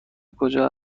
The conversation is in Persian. کجا